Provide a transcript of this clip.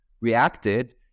reacted